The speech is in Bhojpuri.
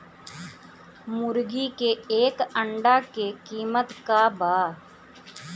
मुर्गी के एक अंडा के कीमत का बा?